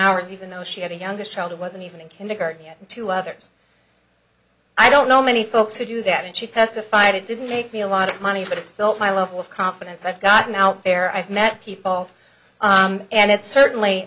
hours even though she had the youngest child wasn't even in kindergarten yet two others i don't know many folks who do that and she testified it didn't make me a lot of money but it's built my level of confidence i've gotten out there i've met people and it's certainly